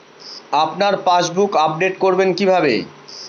আপনার passbook update করবেন কিভাবে?